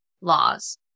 laws